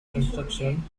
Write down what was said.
construction